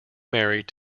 married